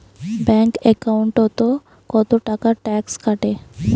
Bank একাউন্টত কতো টাকা ট্যাক্স কাটে?